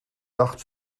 dacht